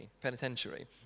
Penitentiary